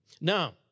Now